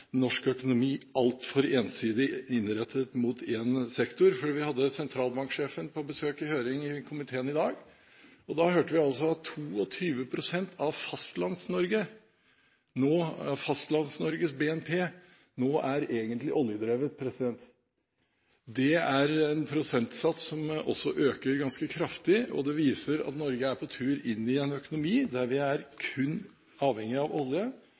norsk økonomi altfor ensidig innrettet mot én sektor. Vi hadde sentralbanksjefen på besøk i høring i komiteen i dag, og da hørte vi at 22 pst. av Fastlands-Norges BNP nå egentlig er oljedrevet. Det er en prosentsats som øker ganske kraftig, og det viser at Norge er på tur inn i en økonomi der vi kun er avhengige av olje,